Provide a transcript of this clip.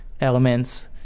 elements